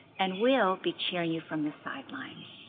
and we'll be cheering you from the sidelines.